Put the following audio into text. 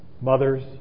mothers